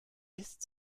ist